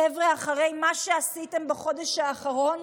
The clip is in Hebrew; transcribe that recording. חבר'ה, אחרי מה שעשיתם בחודש האחרון,